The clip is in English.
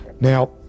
Now